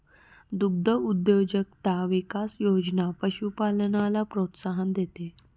दुग्धउद्योजकता विकास योजना पशुपालनाला प्रोत्साहन देते